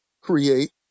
create